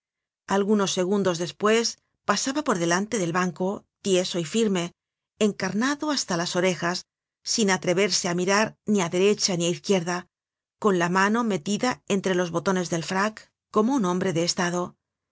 algunos segundos despues pasaba por delante del banco tieso y firme encarnado hasta las orejas sin atreverse á mirar ni á derecha ni á izquierda con la mano metida entre los botones del frac como un hombre de estado